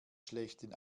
schlechten